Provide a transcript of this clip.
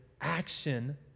action